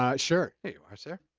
um sure. here you are, sir.